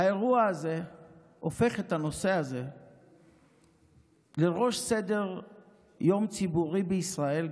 האירוע הזה הופך את הנושא הזה למה שבראש סדר-היום הציבורי בישראל,